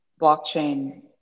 blockchain